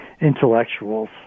intellectuals